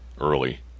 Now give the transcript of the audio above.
early